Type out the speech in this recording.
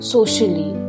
Socially